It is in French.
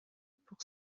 pour